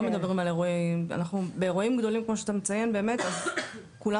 באירועים גדולים כמו שאתה מציין באמת אז כולם